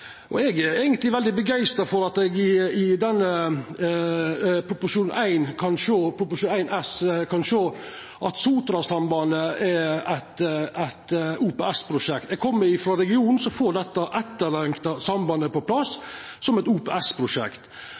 Eg er eigentleg veldig begeistra for at eg i Prop. 1 S for 2014–2015 kan sjå at Sotrasambandet er eit OPS-prosjekt. Eg kjem frå den regionen som får dette etterlengta sambandet på plass som eit